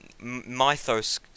mythos